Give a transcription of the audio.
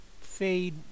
fade